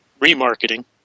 Remarketing